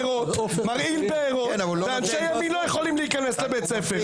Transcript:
מרעיל בארות ואנשי ימין לא יכולים להיכנס לבית ספר.